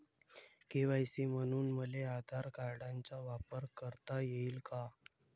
KYC म्हनून मले आधार कार्डाचा वापर करता येईन का?